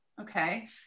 okay